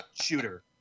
Shooter